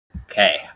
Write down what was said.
Okay